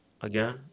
again